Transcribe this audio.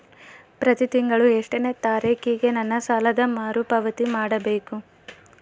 ಪ್ರತಿ ತಿಂಗಳು ಎಷ್ಟನೇ ತಾರೇಕಿಗೆ ನನ್ನ ಸಾಲದ ಮರುಪಾವತಿ ಮಾಡಬೇಕು?